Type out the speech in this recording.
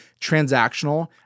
transactional